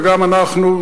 וגם אנחנו,